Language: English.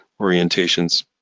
orientations